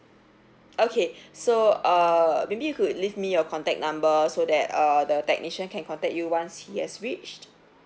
okay so err maybe you could leave me your contact numbers so that err the technician can contact you once he has reached